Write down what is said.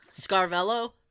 Scarvello